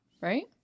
right